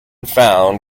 found